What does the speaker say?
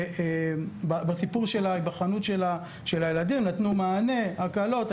בסיפור של ההיבחנות של הילדים נתנו מענה, הקלות.